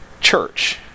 church